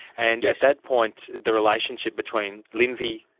and at that point the relationship between lindsay,